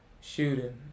shooting